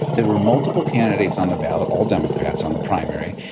there were multiple candidates on the ballot, all democrats on the primary.